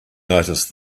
noticed